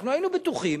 היינו בטוחים